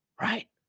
Right